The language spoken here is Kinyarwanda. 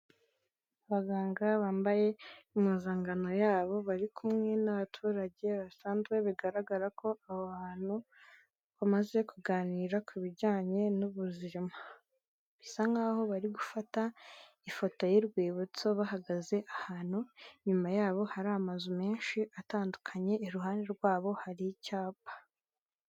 Abaganga bambaye impuzangano yabo bari kumwe n'abaturage basanzwe bigaragara ko aho bantu bamaze kuganira ku bijyanye n'ubuzima. Bisa nkaho bari gufata ifoto y'urwibutso bahagaze ahantu, inyuma yabo hari amazu menshi atandukanye, iruhande rwabo hari icyapa.